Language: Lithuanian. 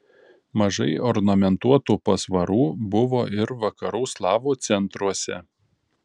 mažai ornamentuotų pasvarų buvo ir vakarų slavų centruose